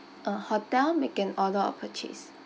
uh hotel make an order or purchase